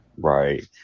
Right